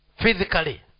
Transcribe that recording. physically